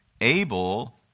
Abel